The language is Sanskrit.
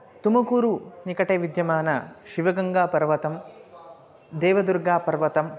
तुमुकूरु निकटे विद्यमान शिवगङ्गापर्वतं देवदुर्गापर्वतम्